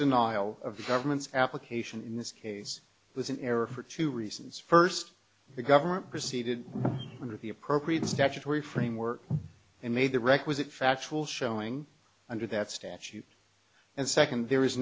denial of the government's application in this case was an error for two reasons first the government proceeded under the appropriate statutory framework and made the requisite factual showing under that statute and second there is